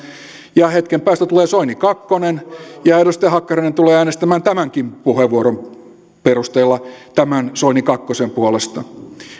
hetken päästä tulee soini kakkonen ja edustaja hakkarainen tulee äänestämään tämänkin puheenvuoron perusteella tämän soini kakkosen puolesta